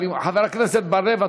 אבל חבר הכנסת בר-לב,